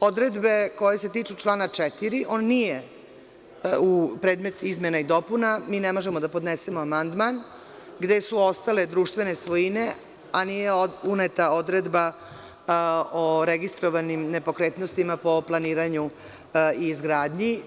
odredbe koje se tiču člana 4. On nije predmet izmena i dopuna, mi ne možemo da podnesemo amandman gde su ostale društvene svojine, a nije uneta odredba o registrovanim nepokretnostima po planiranju i izgradnji.